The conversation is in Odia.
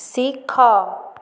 ଶିଖ